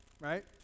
Right